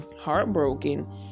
heartbroken